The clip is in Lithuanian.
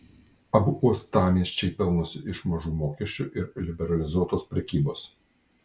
abu uostamiesčiai pelnosi iš mažų mokesčių ir liberalizuotos prekybos